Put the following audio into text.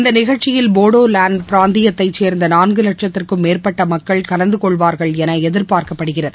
இந்த நிகழ்ச்சியில் போடோ லேண்ட் பிராந்தியத்தை சேர்ந்த நான்கு லட்சத்திற்கும் மேற்பட்ட மக்கள் கலந்து கொள்வார்கள் என எதிர்பார்க்கப்படுகிறது